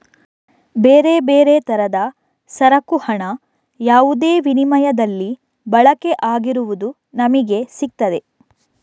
ಬೇರೆ ಬೇರೆ ತರದ ಸರಕು ಹಣ ಯಾವುದೇ ವಿನಿಮಯದಲ್ಲಿ ಬಳಕೆ ಆಗಿರುವುದು ನಮಿಗೆ ಸಿಗ್ತದೆ